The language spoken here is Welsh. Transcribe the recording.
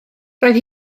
roedd